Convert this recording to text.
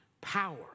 power